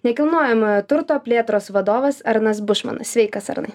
nekilnojamojo turto plėtros vadovas arnas bušmanas sveikas arnai